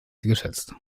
geschätzt